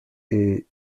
est